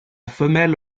femelle